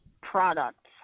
products